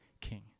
king